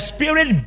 Spirit